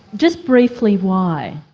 just briefly why?